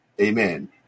Amen